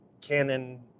canon